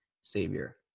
savior